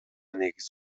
негиз